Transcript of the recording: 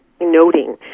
noting